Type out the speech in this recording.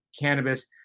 cannabis